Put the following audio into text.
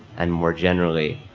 and more generally,